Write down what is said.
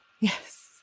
Yes